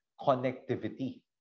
connectivity